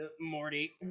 Morty